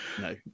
no